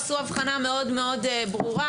עשו הבחנה מאוד מאוד ברורה,